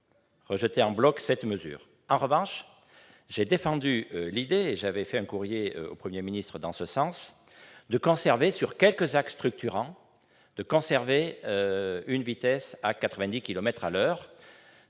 rejeter en bloc cette mesure. En revanche, j'ai défendu l'idée- et j'avais écrit un courrier au Premier ministre dans ce sens -de conserver sur quelques axes structurants une vitesse de 90 kilomètres